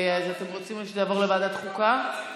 אתם רוצים שזה יעבור לוועדת חוקה?